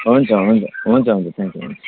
हुन्छ हुन्छ हुन्छ हुन्छ थेङ्क यु